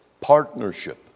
partnership